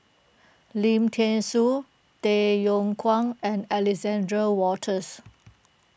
Lim thean Soo Tay Yong Kwang and Alexander Wolters